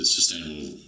Sustainable